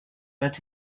but